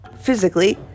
physically